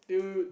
dude